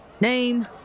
Name